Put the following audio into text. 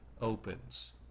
opens